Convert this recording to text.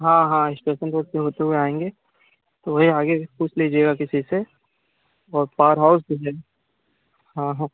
हाँ हाँ station road से होते हुए आएँगे तो वह ही आगे पूछ लीजिएगा किसी से और पावर हाउस भी हैं हाँ हाँ